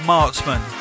Marksman